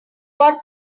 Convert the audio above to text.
bought